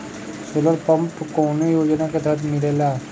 Solar pump कौने योजना के तहत मिलेला?